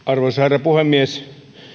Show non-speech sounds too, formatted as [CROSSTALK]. [UNINTELLIGIBLE] arvoisa herra puhemies